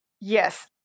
Yes